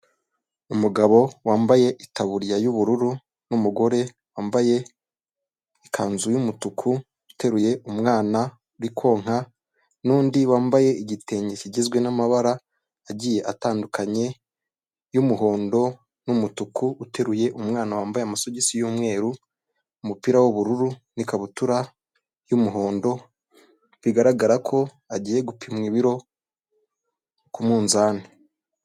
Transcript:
Umugabo wambaye itaburiya y'ubururu n'umugore wambaye ikanzu y'umutuku uteruye umwana uri konka, n'undi wambaye igitenge kigizwe n'amabara agiye atandukanye y'umuhondo n'umutuku uteruye umwana wambaye amasogisi y'umweru, umupira w'ubururu n'ikabutura y'umuhondo bigaragara ko agiye gupimwa ibiro ku munzani.